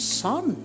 son